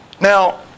Now